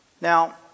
Now